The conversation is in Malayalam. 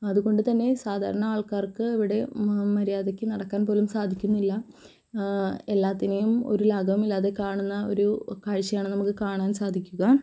അതുകൊണ്ട് തന്നെ സാധാരണ ആൾക്കാർക്ക് ഇവിടെ മ മര്യാദയ്ക്ക് നടക്കാൻ പോലും സാധിക്കുന്നില്ല എല്ലാത്തിനെയും ഒരു ലാഘവമില്ലാതെ കാണുന്ന ഒരു കാഴ്ചയാണ് നമുക്ക് കാണാൻ സാധിക്കുക